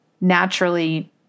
naturally